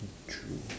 true